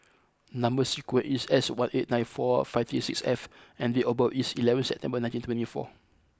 number sequence is S one eight nine four five three six F and date of birth is eleventh September nineteen twenty four